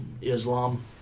islam